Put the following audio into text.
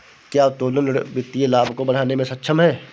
क्या उत्तोलन ऋण वित्तीय लाभ को बढ़ाने में सक्षम है?